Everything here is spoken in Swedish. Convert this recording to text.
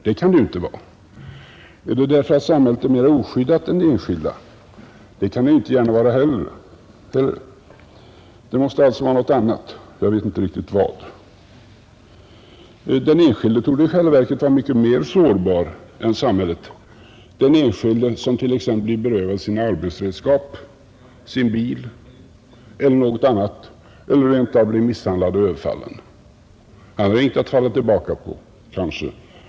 Det kan det ju inte vara. Är anledningen den att samhället är mer oskyddat än enskilda? Så kan det inte heller gärna vara. Det måste alltså vara någonting annat — jag vet inte riktigt vad. Den enskilde torde i själva verket vara mycket mer sårbar än samhället — den enskilde som t.ex. blir berövad sina arbetsredskap, sin bil eller någonting annat eller rent av blir överfallen och misshandlad. Han kanske ingenting har att falla tillbaka på.